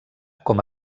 com